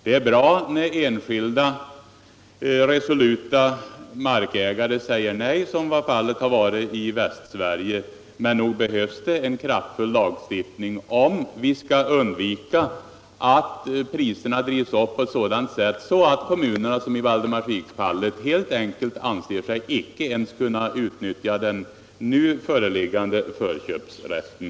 Det är bra när enskilda resoluta markägare säger nej, som fallet har varit i Västsverige, men nog behövs det en kraftfull lagstiftning om vi skall undvika att priserna drivs i höjden på ett sådant sätt att kommunerna, som i Valdemarsviksfallet, helt enkelt anser sig icke ens kunna utnyttja den gällande förköpsrätten.